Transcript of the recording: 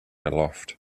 aloft